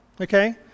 Okay